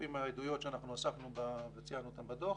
לפי העדויות שאנחנו אספנו וציינו אותן בדוח,